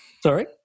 Sorry